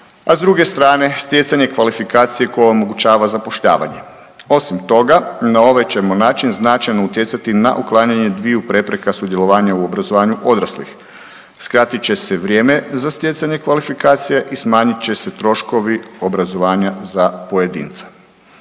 a s druge strane, stjecanje kvalifikacije koja omogućava zapošljavanje. Osim toga, na ovaj ćemo način značajno utjecati na uklanjanje dviju prepreka sudjelovanja u obrazovanju odraslih. Skratit će se vrijeme za stjecanje kvalifikacija i smanjit će se troškovi obrazovanja za pojedinca.